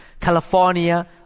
California